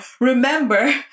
Remember